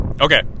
okay